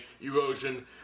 erosion